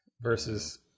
versus